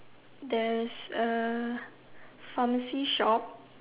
there's a pharmacy shop